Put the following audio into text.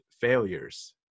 failures